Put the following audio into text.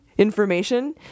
information